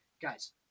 guys